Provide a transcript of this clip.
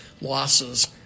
losses